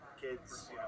kids